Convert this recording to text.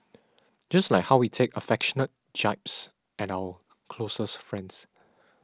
just like how we take affectionate jibes at our closest friends